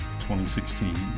2016